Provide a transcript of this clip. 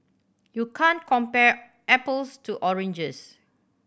you can't compare apples to oranges